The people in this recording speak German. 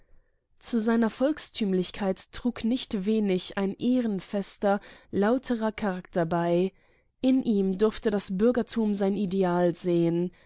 zu seiner volkstümlichkeit trug nicht wenig ein ehrenfester lauterer charakter bei in ihm durfte das bürgertum sein ideal sehen